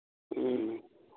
ꯎꯝ